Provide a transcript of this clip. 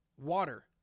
Water